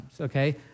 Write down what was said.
okay